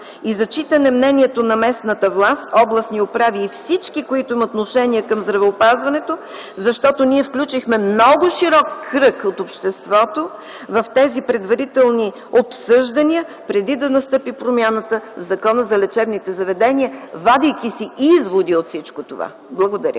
и зачитане мнението на местната власт – областни управи и всички, които имат отношение към здравеопазването, защото ние включихме много широк кръг от обществото в тези предварителни обсъждания преди да настъпи промяната в Закона за лечебните заведения, вадейки си изводи от всичко това. Благодаря.